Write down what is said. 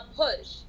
push